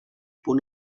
punt